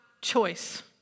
choice